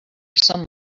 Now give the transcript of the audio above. some